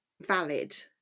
valid